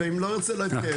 ואם לא ירצה- לא יתקיים.